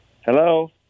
Hello